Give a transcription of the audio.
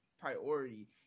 priority